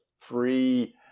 three